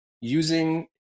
using